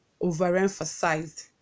overemphasized